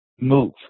move